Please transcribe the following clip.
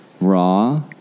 raw